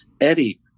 eddie